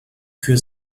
für